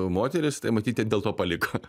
moteris tai matyt ją dėl to paliko